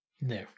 no